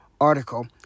article